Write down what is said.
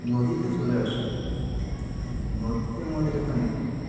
নদীতে চলে আসি নদীতে আমাদের এখানে